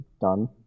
done